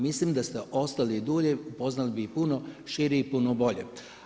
Mislim da ste ostali dulje upoznali bi puno šire i puno bolje.